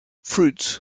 fruits